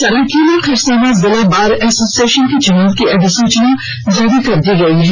सरायकेला खरसावां जिला bar association के चुनाव की अधिसूचना जारी कर दी गई है